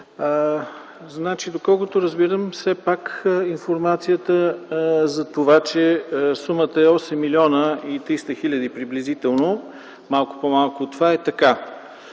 министър, доколкото разбирам все пак информацията, че сумата е 8 млн. 300 хил. приблизително, малко по-малко от това, е така.